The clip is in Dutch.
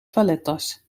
toilettas